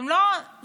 אתם לא זזים